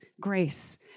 grace